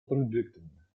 producten